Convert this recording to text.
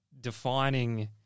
defining